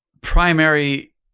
primary